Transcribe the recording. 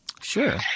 Sure